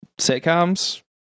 Sitcoms